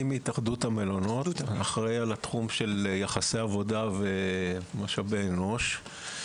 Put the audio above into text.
אני מהתאחדות המלונות ואני אחראי על התחום של יחסי עבודה ומשאבי אנוש.